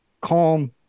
calm